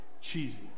cheesy